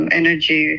energy